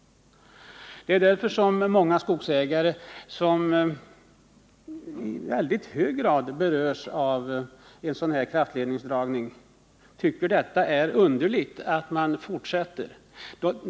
Det är därför som många skogsägare, som i mycket hög grad berörs av-en sådan här kraftledningsdragning, tycker det är underligt att man fortsätter.